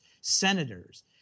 senators